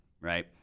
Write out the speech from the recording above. right